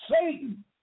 Satan